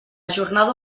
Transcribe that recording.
jornada